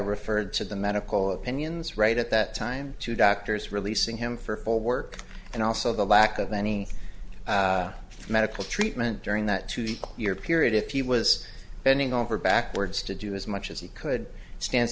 referred to the medical opinions right at that time to doctors releasing him for full work and also the lack of any medical treatment during that to be clear period if he was bending over backwards to do as much as he could stands